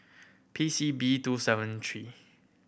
P C B two seven three